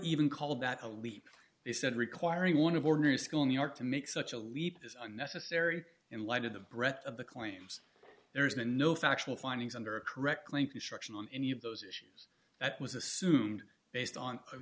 even called that a leap they said requiring one of ordinary school in new york to make such a leap is unnecessary in light of the breadth of the claims there's been no factual findings under a correct claim destruction on any of those issues that was assumed based on